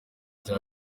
byari